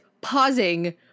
pausing